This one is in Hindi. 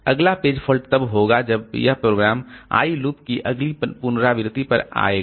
अगला पेज फॉल्ट तब होगा जब यह प्रोग्राम आई लूप की अगली पुनरावृत्ति पर आएगा